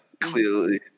clearly